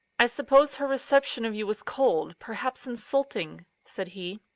i suppose her reception of you was cold, perhaps insulting? said he.